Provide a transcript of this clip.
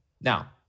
now